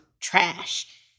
Trash